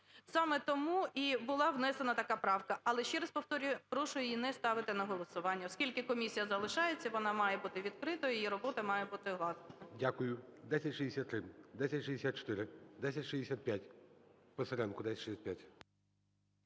Саме тому і була внесена така правка. Але ще раз повторюю, прошу не ставити її на голосування, оскільки комісія залишається, і вона має бути відкритою, її робота має бути… ГОЛОВУЮЧИЙ. Дякую. 1063. 1064. 1065. Писаренко, 1065.